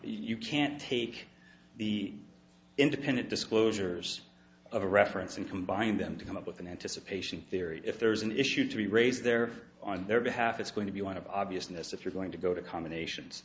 you can't take the independent disclosures of a reference and combine them to come up with an anticipation theory if there's an issue to be raised there on their behalf it's going to be one of obviousness if you're going to go to combinations